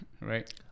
right